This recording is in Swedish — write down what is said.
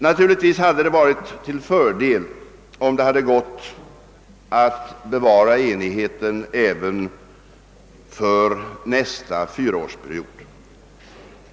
Naturligtvis hade det varit till fördel om det gått att bevara enigheten även för nästa fyraårsperiod.